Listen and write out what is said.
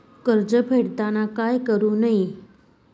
कर्ज फेडताना काय करु नये?